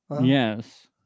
Yes